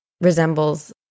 resembles